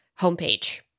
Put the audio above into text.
homepage